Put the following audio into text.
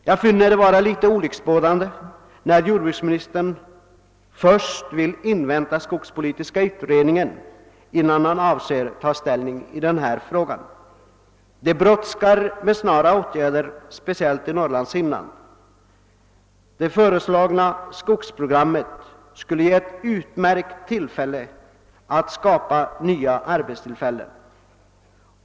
Jag finner det vara litet olycksbådande att jordbruksministern vill invänta skogspolitiska utredningens betänkande innan han tar ställning i denna fråga. Det brådskar med snara åtgärder speciellt i Norrlands inland. Det föreslagna skogsprogrammet skulie ge ett utmärkt tillfälle att skapa nya arbetstillfällen.